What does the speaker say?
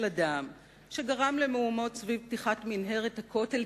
שגרם למהומות סביב פתיחת מנהרת הכותל,